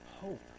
hope